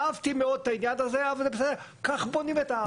אהבתי מאוד את העניין הזה, כך בונים את הארץ.